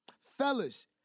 Fellas